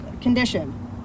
condition